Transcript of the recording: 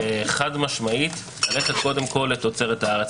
חד-משמעית ללכת קודם כול לתוצרת הארץ.